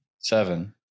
Seven